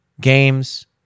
games